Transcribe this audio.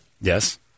Yes